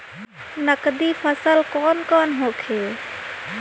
नकदी फसल कौन कौनहोखे?